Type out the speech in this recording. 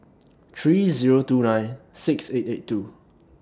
three Zero two nine six eight eight two